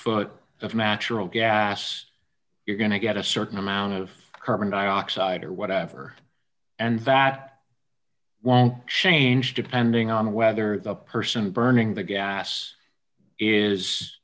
foot of natural gas you're going to get a certain amount of carbon dioxide or whatever and that won't change depending on whether the person burning the gas is